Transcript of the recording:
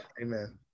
amen